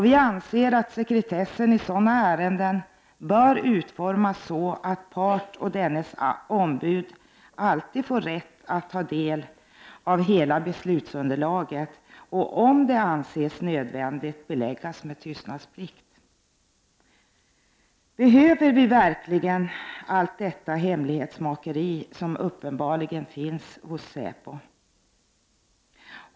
Vi anser att sekretessen i sådana ärenden bör utformas så att part och dennes ombud alltid skall ha rätt att ta del av hela beslutsunderlaget, och om det anses nödvändigt belägga detta med tystnadsplikt. Behöver vi verkligen allt detta hemlighetsmakeri som uppenbarligen finns inom SÄPO?